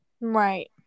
Right